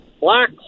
black